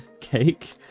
cake